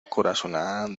corazonada